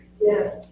Yes